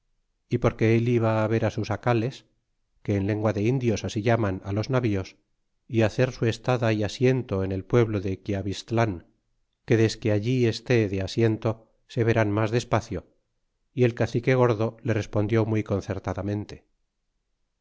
y porque él iba ver sus acates que en lengua de indios así llaman los navios é hacer su estada é asiento en el pueblo de quiavistlan que desque allí esté de asiento se verán mas de espacio y el cacique gordo le respondió muy concertadamente y